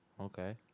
Okay